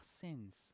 sins